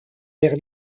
vers